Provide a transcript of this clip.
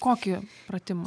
kokį pratimą